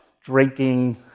drinking